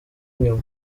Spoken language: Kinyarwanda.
inyuma